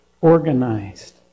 organized